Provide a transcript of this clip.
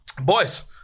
Boys